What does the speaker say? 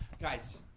guys